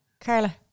Carla